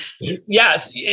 Yes